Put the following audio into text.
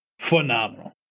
phenomenal